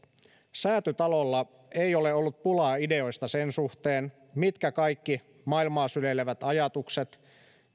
säätytalolla ei ole ollut pulaa ideoista sen suhteen mitkä kaikki maailmaa syleilevät ajatukset